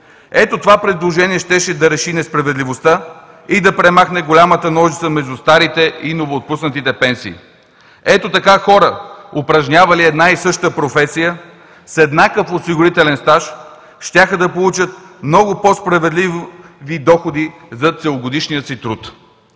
Ето това предложение щеше да реши несправедливостта и да премахне голямата ножица между старите и новоотпуснатите пенсии. Ето така хора, упражнявали една и съща професия и с еднакъв осигурителен стаж, щяха да получат много по-справедливи доходи за целогодишния си труд.